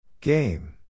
Game